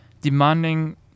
demanding